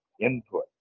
input